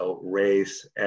race